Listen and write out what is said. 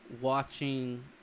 watching